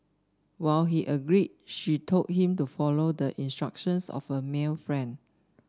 when he agree she told him to follow the instructions of a male friend